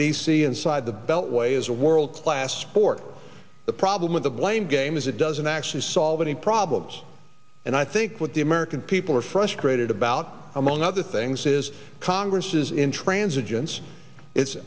c inside the beltway is a world class sport the problem with the blame game is it doesn't actually solve any problems and i think what the american people are frustrated about among other things is congress's intransi